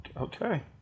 Okay